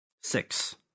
Six